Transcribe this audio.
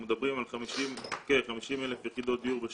אנחנו מדברים על כ-50,000 יחידות דיור בשנה.